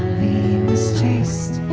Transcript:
was chased